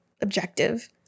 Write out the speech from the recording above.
objective